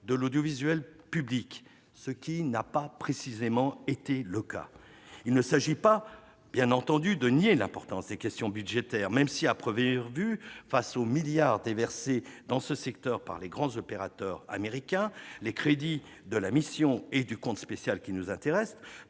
de l'audiovisuel public, ce qui n'a pas été le cas. Il ne s'agit pas de nier l'importance des questions budgétaires, même si, à première vue, face aux milliards déversés dans ce secteur par les grands opérateurs américains, les crédits de la mission et du compte spécial qui nous intéressent